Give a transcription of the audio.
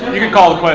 you can call the